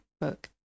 book